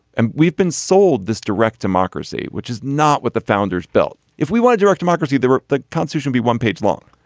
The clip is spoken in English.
and we've been sold this direct democracy which is not what the founders built. if we wanted direct democracy the the country should be one page long.